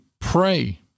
pray